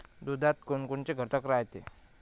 दुधात कोनकोनचे घटक रायते?